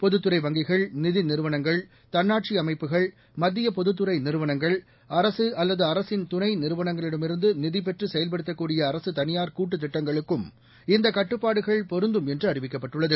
பொதுத்துறை வங்கிகள் நிதி நிறுவனங்கள் தன்னாட்சி அமைப்புகள் மத்திய பொதுத்துறை நிறுவனங்கள் அரசு அல்லது அரசின் தனை நிறுவனங்களிடமிருந்து நிதி பெற்று செயல்படுத்தக்கூடிய அரசு தளியார் கூட்டு திட்டங்களுக்கும் இந்தக் கட்டுப்பாடுகள் பொருந்தும் என்று அறிவிக்கப்பட்டுள்ளது